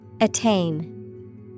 Attain